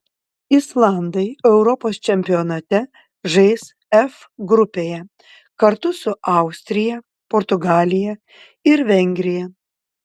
islandai europos čempionate žais f grupėje kartu su austrija portugalija ir vengrija